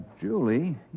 Julie